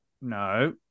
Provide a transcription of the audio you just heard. no